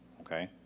Okay